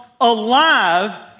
alive